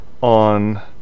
on